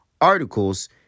articles